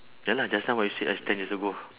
ya lah just now what you said last ten years ago